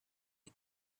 and